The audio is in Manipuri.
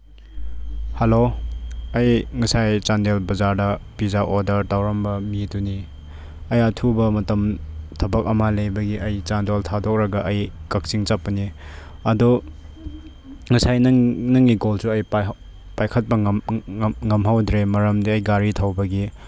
ꯍꯜꯂꯣ ꯑꯩ ꯉꯁꯥꯏ ꯆꯥꯟꯗꯦꯜ ꯕꯖꯥꯔꯗ ꯄꯤꯖꯥ ꯑꯣꯔꯗꯔ ꯇꯧꯔꯝꯕ ꯃꯤꯗꯨꯅꯤ ꯑꯩ ꯑꯊꯨꯕ ꯃꯇꯝ ꯊꯕꯛ ꯑꯃ ꯂꯩꯕꯒꯤ ꯑꯩ ꯆꯥꯟꯗꯦꯜ ꯊꯥꯗꯣꯛꯂꯒ ꯑꯩ ꯀꯛꯆꯤꯡ ꯆꯠꯄꯅꯦ ꯑꯗꯣ ꯉꯁꯥꯏ ꯅꯪꯒꯤ ꯀꯣꯜꯁꯨ ꯑꯩ ꯄꯥꯏꯈꯠꯄ ꯉꯝꯍꯧꯗ꯭ꯔꯦ ꯃꯔꯝꯗꯤ ꯑꯩ ꯒꯥꯔꯤ ꯊꯧꯕꯒꯤ